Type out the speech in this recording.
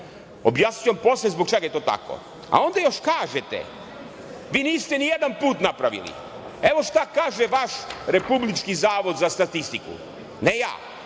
Objasniću vam posle zbog čega je to tako. Onda još kažete – vi niste nijedan put napravili. Evo šta kaže vaš Republički zavod za statistiku, ne ja.